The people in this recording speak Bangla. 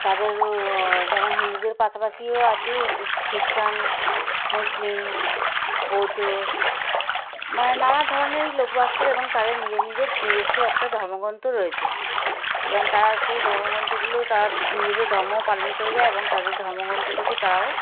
তাদের যেমন হিন্দুদের পাশাপাশিও আছে খ্রিস্টান মুসলিম বৌদ্ধ মানে নানা ধরনেরই লোক বাস করে এবং তাদের নিজের নিজের নিজস্ব একটা ধর্মগ্রন্থ রয়েছে এবং তারা সেই ধর্মগ্রন্থগুলো তারা নিজেদের ধর্মও পালন করে যায় এবং তাদের ধর্মগ্রন্থ থেকে তারাও